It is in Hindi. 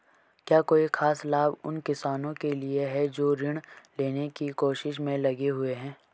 क्या कोई खास लाभ उन किसानों के लिए हैं जो ऋृण लेने की कोशिश में लगे हुए हैं?